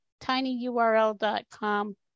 tinyurl.com